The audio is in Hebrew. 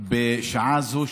בשעה זו,